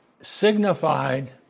signified